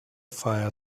fire